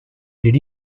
did